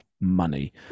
money